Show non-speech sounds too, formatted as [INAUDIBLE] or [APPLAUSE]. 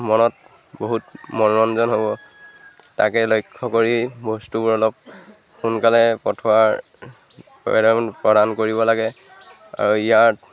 মনত বহুত মনোৰঞ্জন হ'ব তাকে লক্ষ্য কৰি বস্তুবোৰ অলপ সোনকালে পঠোৱাৰ [UNINTELLIGIBLE] প্ৰদান কৰিব লাগে আৰু ইয়াত